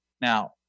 Now